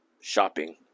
shopping